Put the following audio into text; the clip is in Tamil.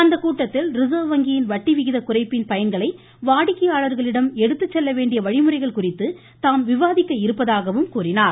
அந்த கூட்டத்தில் ரிசர்வ் வங்கியின் வட்டி விகித குறைப்பின் பயன்களை வாடிக்கையாளர்களிடம் எடுத்து செல்ல வேண்டிய வழிமுறைகள் குறித்து தாம் விவாதிக்க இருப்பதாக கூறினார்